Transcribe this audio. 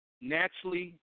naturally